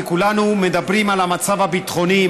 כי כולנו מדברים על המצב הביטחוני,